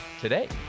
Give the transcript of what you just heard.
today